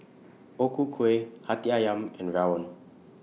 O Ku Kueh Hati Ayam and Rawon